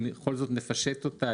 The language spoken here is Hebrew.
אם בכל זאת נפשט אותה.